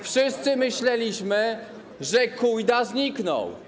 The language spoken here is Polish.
Wszyscy myśleliśmy, że Kujda zniknął.